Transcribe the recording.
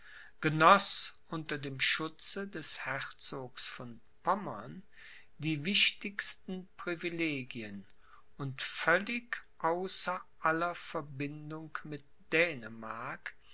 genoß unter dem schutze des herzogs von pommern die wichtigsten privilegien und völlig außer aller verbindung mit dänemark